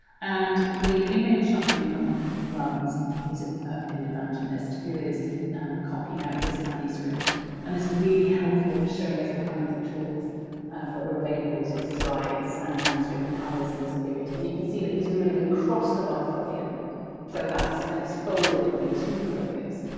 and the image of the monk well, he's an ah ah evangelist who is copying out his manuscript um is really helpful for showing us the kinds of tools that were available to scribes and manuscript compilers in this period. and you can see that he's ruling across the bifolium so that's when it's folded it'll be two folios.